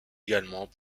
également